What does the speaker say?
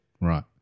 Right